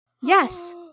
Yes